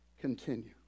continue